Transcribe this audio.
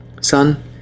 Son